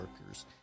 workers